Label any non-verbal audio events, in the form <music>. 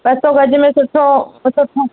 ॿ सौ गज में सुठो <unintelligible>